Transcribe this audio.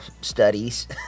studies